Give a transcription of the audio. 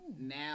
Now